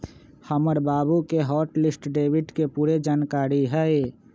हमर बाबु के हॉट लिस्ट डेबिट के पूरे जनकारी हइ